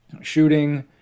shooting